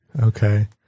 Okay